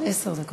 עשר דקות.